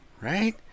right